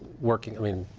working, i mean,